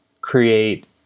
create